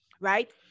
right